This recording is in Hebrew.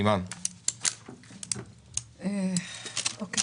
אימאן, בבקשה.